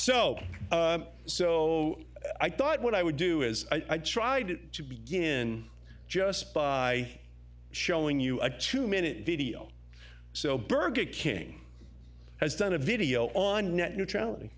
so so i thought what i would do is i tried to begin just by showing you a two minute video so burger king has done a video on net neutrality